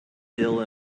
still